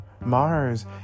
Mars